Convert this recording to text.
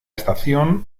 estación